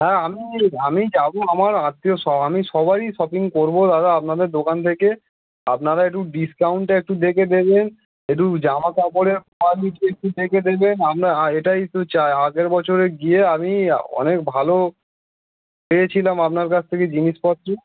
হ্যাঁ আমি আমি যাবো আমার আত্মীয় সব আমি সবারই শপিং করবো দাদা আপনাদের দোকান থেকে আপনারা একটু ডিসকাউন্টটা একটু দেখে দেবেন একটু জামা কাপড়ের কোয়ালিটি একটু দেখে দেবেন আমরা এটাই তো চাই আগের বছরে গিয়ে আমি অনেক ভালো পেয়েছিলাম আপনার কাছ থেকে জিনিসপত্র